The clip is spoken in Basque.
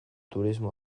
turismo